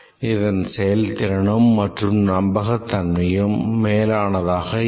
இதன் செயல்திறனும் மற்றும் நம்பகத்தன்மையும் மேலானாதாக இல்லை